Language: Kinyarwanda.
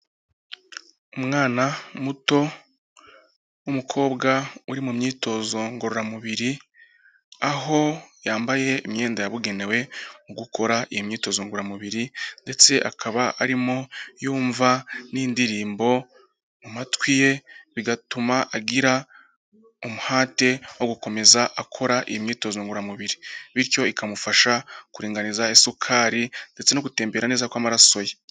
Umwana muto w'umukobwa uri mu myitozo ngororamubiri, aho yambaye imyenda yabugenewe mu gukora imyitozo ngororamubiri, ndetse akaba arimo yumva n'indirimbo matwi ye bigatuma agira umuhate wo gukomeza akora iyi imyitozo ngororamubiri, bityo ikamufasha kuringaniza isukari, ndetse no gutembera neza kw'amaraso ye.